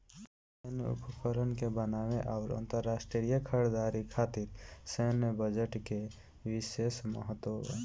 सैन्य उपकरण के बनावे आउर अंतरराष्ट्रीय खरीदारी खातिर सैन्य बजट के बिशेस महत्व बा